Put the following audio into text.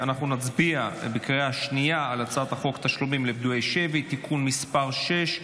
נצביע בקריאה שנייה על הצעת חוק תשלומים לפדויי שבי (תיקון מס' 6),